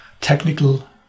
technical